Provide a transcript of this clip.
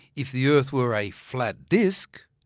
if the earth were a flat disc,